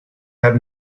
have